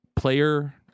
player